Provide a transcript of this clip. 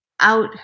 out